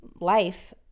life